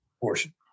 portion